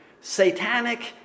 Satanic